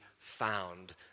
found